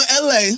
LA